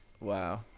Wow